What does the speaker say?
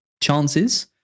chances